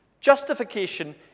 Justification